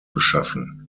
geschaffen